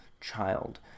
child